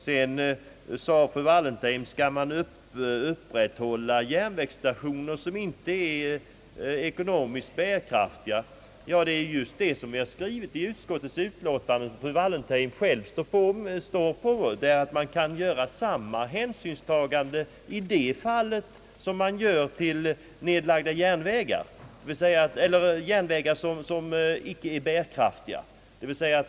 Sedan frågade fru Wallentheim: Kan man upprätthålla järnvägsstationer som inte är ekonomiskt bärkraftiga? Ja, det är just det som vi skrivit i utskottets utlåtande — som fru Wallentheim själv står bakom — att man kan ta samma hänsyn i det fallet som man gör när det gäller järnvägar som inte är bärkraftiga.